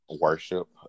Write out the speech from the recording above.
worship